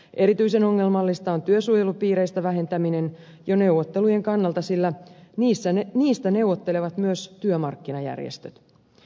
erityisen ongelmallista on työsuojelupiireistä vähentäminen jo neuvottelujen kannalta sillä niistä neuvottelevat myös työmarkkinajärjestöt